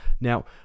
Now